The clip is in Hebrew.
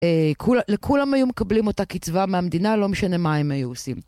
לכולם היו מקבלים אותה קצבה מהמדינה, לא משנה מה הם היו עושים.